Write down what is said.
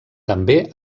també